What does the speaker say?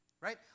right